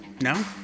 No